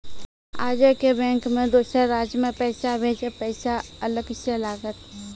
आजे के बैंक मे दोसर राज्य मे पैसा भेजबऽ पैसा अलग से लागत?